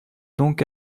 donc